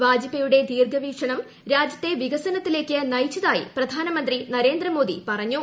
വാജ്പേയിയുടെ ദീർഘവീക്ഷണം രാജ്യത്തെ വികസനത്തിലേക്ക് നയിച്ചതായി പ്രധാനമന്ത്രി നരേന്ദ്രമോദി പറഞ്ഞു